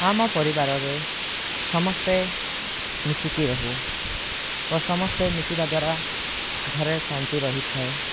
ଆମ ପରିବାରରେ ସମସ୍ତେ ମିଶିକି ରହୁ ଓ ସମସ୍ତେ ମିଶିବାଦ୍ୱାରା ଘରେ ଶାନ୍ତି ରହିଥାଏ